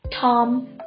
Tom